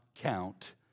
Count